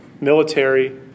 military